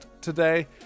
today